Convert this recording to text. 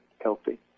healthy